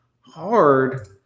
hard